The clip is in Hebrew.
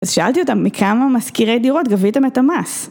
אז שאלתי אותם, מכמה מזכירי דירות גביתם את המס?